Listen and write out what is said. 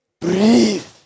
breathe